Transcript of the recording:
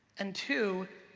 and two,